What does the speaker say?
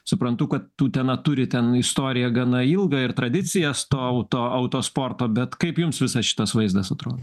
suprantu kad utena turi ten istoriją gana ilgą ir tradicijas to auto autosporto bet kaip jums visas šitas vaizdas atrodo